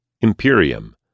Imperium